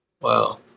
Wow